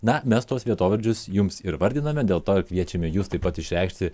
na mes tuos vietovardžius jums ir vardiname dėl to ir kviečiame jus taip pat išreikšti